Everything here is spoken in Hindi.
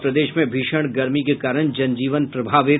और प्रदेश में भीषण गर्मी के कारण जन जीवन प्रभावित